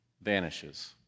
vanishes